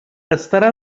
estarà